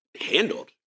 handled